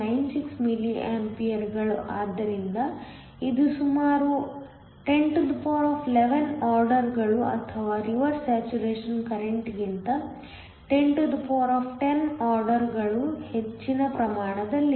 96 milli ಆಂಪಿಯರ್ಗಳು ಆದ್ದರಿಂದ ಇದು ಸುಮಾರು 1011 ಆರ್ಡರ್ಗಳು ಅಥವಾ ರಿವರ್ಸ್ ಸ್ಯಾಚುರೇಶನ್ ಕರೆಂಟ್ಗಿಂತ 1010 ಆರ್ಡರ್ಗಳು ಹೆಚ್ಚಿನ ಪ್ರಮಾಣದಲ್ಲಿದೆ